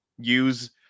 Use